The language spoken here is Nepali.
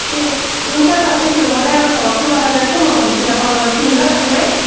ए हुन्छ त त्यसो भए म ड्राइभरसँग कुरा गरेर चाहिँ म भरेतिर कल गर्छु नि ल तपाईँलाई